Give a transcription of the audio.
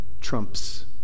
trumps